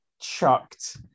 chucked